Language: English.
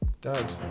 Dad